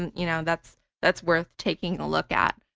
and you know that's that's worth taking a look at.